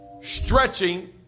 Stretching